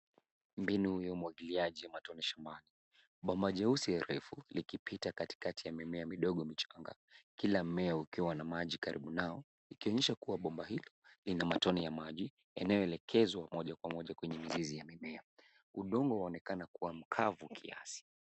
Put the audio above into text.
Mbinu ya umwagiliaji matone shambani. Bomba jeusi refu likipita katikati y a mimea midogo michanga. Kila mmea ukiwa na maji karibu nao ikionyesha kuwa bomba hilo lina matone ya maji yanayoelekezwa moja kwa moja kwenye mizizi ya mimea. Udongo waonekana kuwa mkavu kiasi.